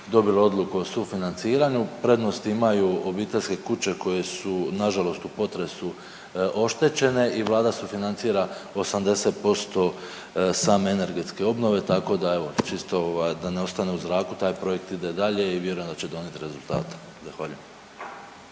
dobilo odluku o sufinanciranju. Prednost imaju obiteljske kuće koje su nažalost u potresu oštećene i vlada sufinancira 80% same energetske obnove, tako da evo čisto da ne ostane u zraku taj projekt ide dalje i vjerujem da će donijet rezultate.